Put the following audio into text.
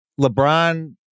LeBron